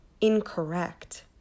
incorrect